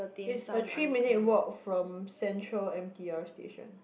is a three minute walk from Central m_r_t station